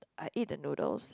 I eat the noodles